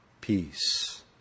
Peace